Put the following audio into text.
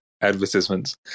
advertisements